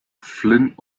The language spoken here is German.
flynn